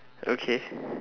okay